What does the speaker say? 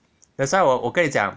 that's why 我我跟你讲